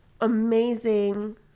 amazing